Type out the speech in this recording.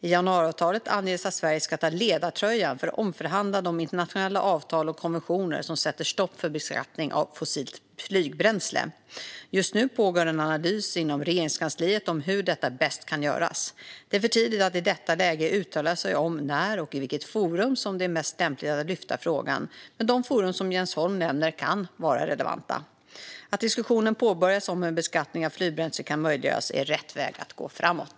I januariavtalet anges att Sverige ska ta ledartröjan för att omförhandla de internationella avtal och konventioner som sätter stopp för en beskattning av fossilt flygbränsle. Just nu pågår en analys inom Regeringskansliet om hur detta bäst kan göras. Det är för tidigt att i detta läge uttala sig om när och i vilket forum som det är mest lämpligt att lyfta frågan, men de forum som Jens Holm nämner kan vara relevanta. Att diskussionen påbörjas om hur en beskattning av flygbränsle kan möjliggöras är rätt väg framåt.